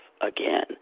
again